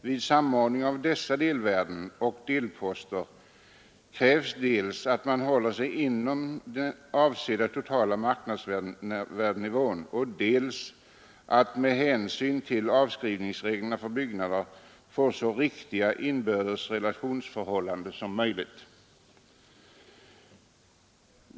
Vid samordning av dessa delvärden och delposter krävs dels att man håller sig inom den avsedda totala marknadsvärdenivån, dels att man med hänsyn till avskrivningsreglerna för byggnader får så riktiga inbördes relationsförhållanden som möjligt.